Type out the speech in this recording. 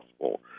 possible